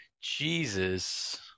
jesus